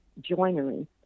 joinery